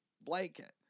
blanket